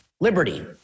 Liberty